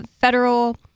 federal